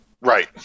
right